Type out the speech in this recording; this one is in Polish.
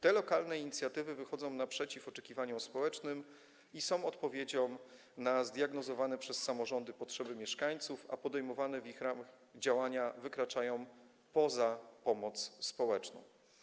Te lokalne inicjatywy wychodzą naprzeciw oczekiwaniom społecznym i są odpowiedzią na zdiagnozowane przez samorządy potrzeby mieszkańców, a podejmowane w ich ramach działania wykraczają poza pomoc społeczną.